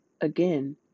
Again